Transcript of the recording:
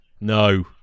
no